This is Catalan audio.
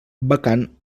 vacant